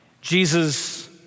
Jesus